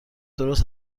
درست